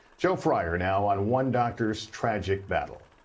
joe fryer now on one doctor's tragic battle.